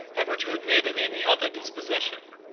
ever to admit of any other disposition.